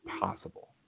possible